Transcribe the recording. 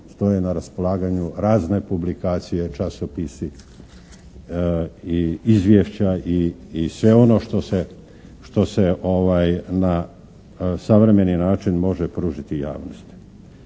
stoje na raspolaganju razne publikacije, časopisi i izvješća i sve ono što se može na savremeni način može pružiti javnosti.